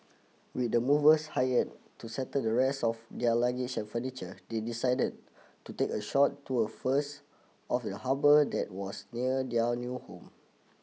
with the movers hired to settle the rest of their luggage and furniture they decided to take a short tour first of the harbour that was near their new home